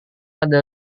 ada